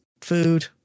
food